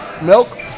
Milk